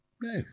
no